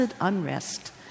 unrest